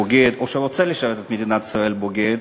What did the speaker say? או שרוצה לשרת את מדינת ישראל "בוגד",